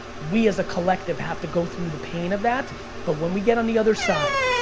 we as a collective have to go through the pain of that but when we get on the other side,